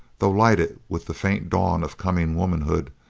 though lighted with the faint dawn of coming womanhood,